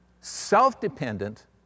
self-dependent